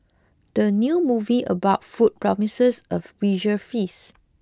the new movie about food promises a visual feast